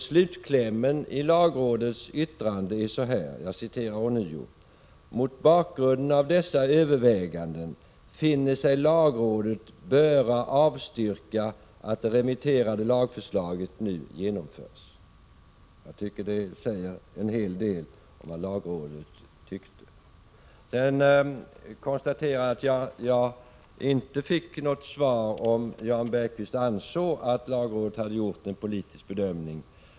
Slutklämmen i lagrådets yttrande lyder så här: ”Mot bakgrunden av dessa överväganden finner sig lagrådet böra avstyrka att det remitterade lagförslaget nu genomförs.” Det säger en hel del om vad lagrådet tyckte. Jag fick inte något svar om huruvida Jan Bergqvist ansåg att lagrådet hade gjort en politisk bedömning.